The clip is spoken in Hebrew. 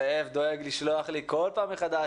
זאב דואג לשלוח לי כל פעם מחדש,